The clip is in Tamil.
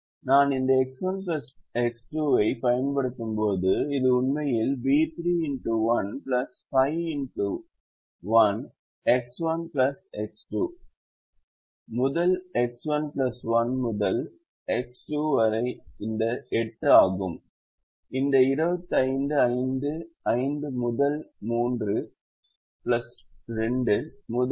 நான் இந்த X1 X2 ஐப் பயன்படுத்தும் போது இது உண்மையில் B3 x 1 X1 X2 1 முதல் X1 1 முதல் X2 வரை இந்த 8 ஆகும் இந்த 25 5 5 முதல் 3 2 முதல் 5 வரை 25 ஆகும்